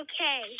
okay